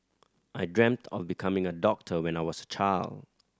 I dreamt of becoming a doctor when I was a child